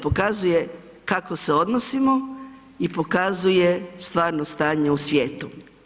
Pokazuje kako se odnosimo i pokazuje stvarno stanje u svijetu.